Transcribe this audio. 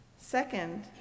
Second